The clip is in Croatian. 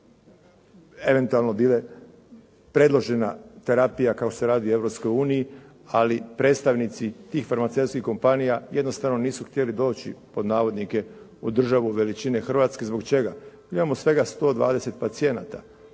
eventualno bila predložena terapija kako se radi o Europskoj uniji, ali predstavnici tih farmaceutskih kompanija jednostavno nisu htjeli doći "u državu veličine Hrvatske". Zbog čega? Mi imamo svega 120 pacijenata